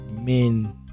men